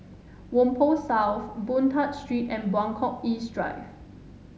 Whampoa South Boon Tat Street and Buangkok East Drive